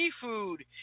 seafood